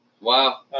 Wow